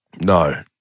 No